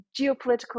geopolitical